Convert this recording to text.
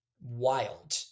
wild